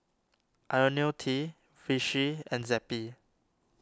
Ionil T Vichy and Zappy